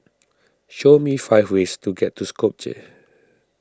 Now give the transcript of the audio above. show me five ways to get to Skopje